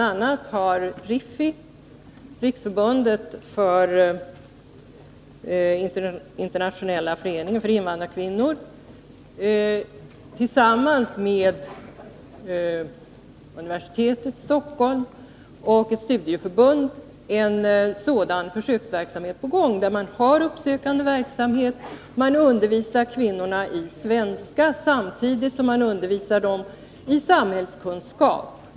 a. har RIFI, Riksförbundet för internationella föreningen för invandrarkvinnor, tillsammans med Stockholms universitet och ett studieförbund en sådan försöksverksamhet på gång. Man undervisar kvinnorna i svenska samtidigt som man undervisar dem i samhällskunskap.